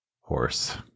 horse